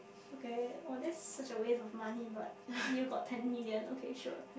okay oh that's such a waste of money but you got ten million okay sure